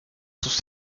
sus